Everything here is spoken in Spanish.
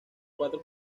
cuatro